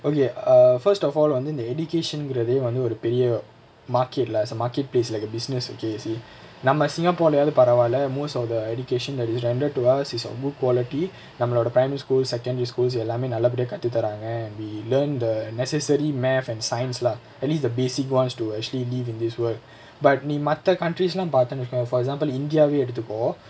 okay err first of all வந்து இந்த:vanthu intha education குரதே வந்து ஒரு பெரிய:kurathae vanthu oru periya market leh it's a marketplace like a business okay you see நம்ம:namma singapore leh யாவது பரவால:yaavathu paravaala most of the education that is rendered to us is a good quality நம்மளோட:nammaloda primary schools secondary schools எல்லாமே நல்லபடியா கத்து தராங்க:ellaamae nallapadiyaa kaththu tharaanga we learn the necessary mathematics and sciene lah at least the basic ones to actually live in this world but நீ மத்த:nee matha countries lah பாத்தனு வச்சுகோவே:paaththanu vachukovae for example india வே எடுத்துக்குவோ:vae eduthukuvo